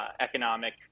Economic